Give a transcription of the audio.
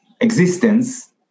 existence